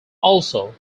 also